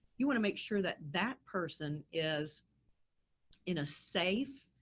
you want to make sure that that person is in a safe,